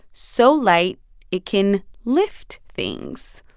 so light it can lift things.